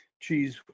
cheese